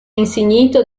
insignito